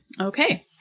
Okay